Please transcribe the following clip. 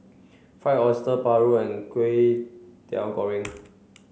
Fried Oyster Paru and Kway Teow Goreng